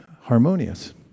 harmonious